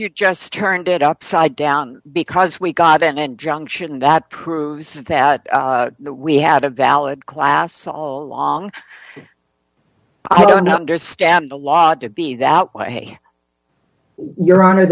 you just turned it upside down because we've got an injunction that proves that we had a valid class all along i don't understand the law to be that way your honor